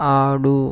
ఆడు